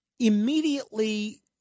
immediately